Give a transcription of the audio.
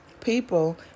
people